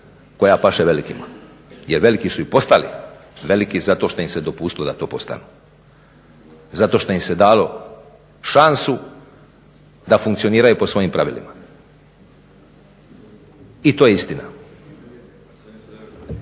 koja paše velikima jer veliki su i postali veliki zato što im se dopustilo da to postanu, zato što im se dalo šansu da funkcioniraju po svojim pravilima. I to je istina.